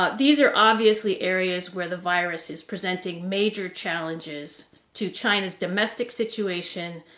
ah these are obviously areas where the virus is presenting major challenges to china's domestic situation,